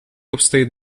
обстоит